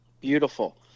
Beautiful